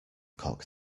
cock